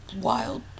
wild